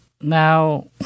now